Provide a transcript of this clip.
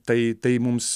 tai tai mums